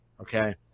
Okay